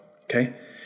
okay